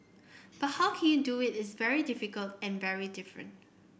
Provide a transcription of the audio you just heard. but how you can do it is very difficult and very different